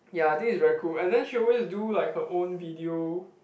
ya I think it's very cool and then she always do like her own video